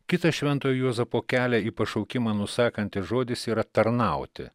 kitą šventojo juozapo kelią į pašaukimą nusakantis žodis yra tarnauti